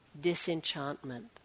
disenchantment